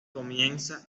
comienza